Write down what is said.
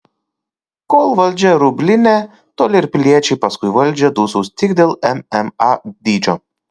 kol valdžia rublinė tol ir piliečiai paskui valdžią dūsaus tik dėl mma dydžio